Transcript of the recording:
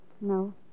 No